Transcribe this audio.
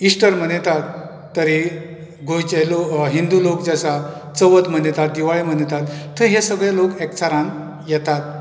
Easter मनयतात तरी गोंयचे हिंदू लोक जे आसा चवथ मनयतात दिवाळी मनयतात थंय हे सगळें लोक एकचारान येतात